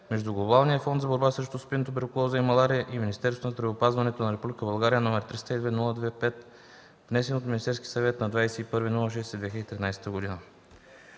между Глобалния фонд за борба срещу СПИН, туберкулоза и малария и Министерството на здравеопазването на Република България, № 302-02-5, внесен от Министерския съвет на 21 юни 2013 г.